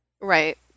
Right